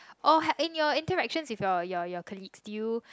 oh in your interaction with your your your colleagues did you